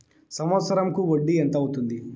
సంవత్సరం కు వడ్డీ ఎంత అవుతుంది?